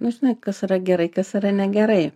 nu žinai kas yra gerai kas yra negerai